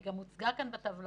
היא גם הוצגה כאן בטבלאות.